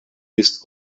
ist